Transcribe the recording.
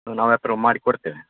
ನಾವು ಅಪ್ರೂವ್ ಮಾಡಿ ಕೊಡ್ತೇವೆ